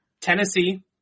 Tennessee